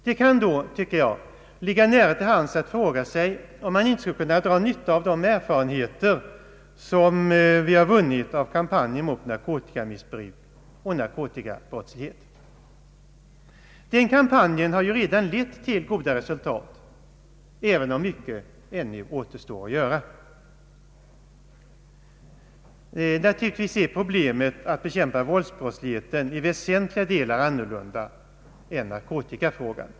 Det kan ligga nära till hands att fråga sig om man inte skulle kunna dra nytta av de erfarenheter som har vunnits av kampanjen mot narkotikamissbruk och narkotikabrottslighet. Den kampanjen har redan lett till goda resultat, även om mycket ännu återstår att göra. Naturligtvis är problemet att bekämpa våldsbrottsligheten i väsentliga delar annorlunda än narkotikafrågan.